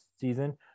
season